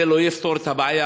זה לא יפתור את הבעיה.